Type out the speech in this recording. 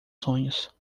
sonhos